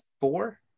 four